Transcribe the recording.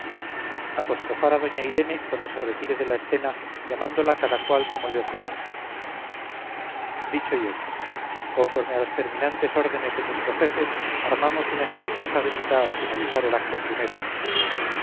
apostrofar a doña irene cuando se retire de la escena llamándola cada cual como le ocurra dicho y hecho conforme a las terminantes órdenes de nuestro jefe armamos una espantosa grita al finalizar el acto primero